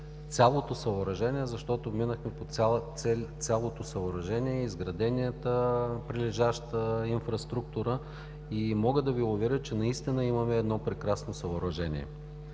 цялото съоръжение, защото минахме по цялото съоръжение, изградената прилежаща инфраструктура. Мога да Ви уверя, че наистина имаме едно прекрасно съоръжение.